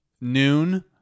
noon